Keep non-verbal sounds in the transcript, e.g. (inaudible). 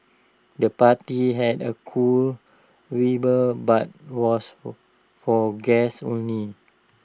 the party had A cool (unintelligible) but was (unintelligible) for guests only